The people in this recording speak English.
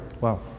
Wow